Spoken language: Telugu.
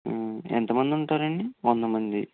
ఎంతమంది ఉంటారండి వందమంది